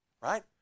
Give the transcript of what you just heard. Right